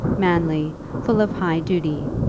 manly, full of high duty.